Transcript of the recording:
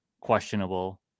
questionable